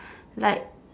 like